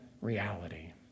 reality